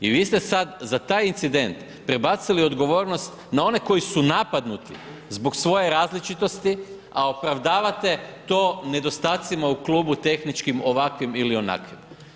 I vi ste sad za taj incident prebacili odgovornost na one koji su napadnuti zbog svoje različitosti a opravdavate to nedostacima u klubu tehničkim ovakvim ili onakvim.